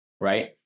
right